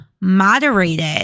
moderated